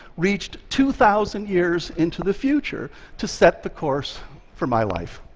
reached two thousand years into the future to set the course for my life.